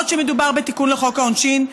מדובר בתיקון לחוק העונשין,